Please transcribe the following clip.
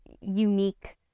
unique